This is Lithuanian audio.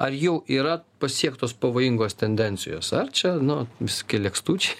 ar jau yra pasiektos pavojingos tendencijos ar čia nu biskį lekstučiai